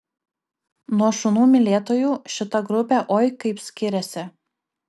nuo šunų mylėtojų šita grupė oi kaip skiriasi